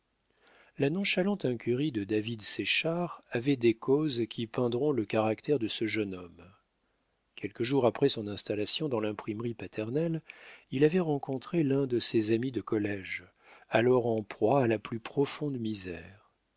la nonchalante incurie de david séchard avait des causes qui peindront le caractère de ce jeune homme quelques jours après son installation dans l'imprimerie paternelle il avait rencontré l'un de ses amis de collége alors en proie à la plus profonde misère